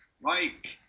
Mike